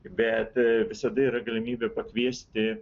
bet visada yra galimybė pakviesti